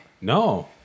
No